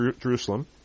Jerusalem